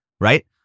Right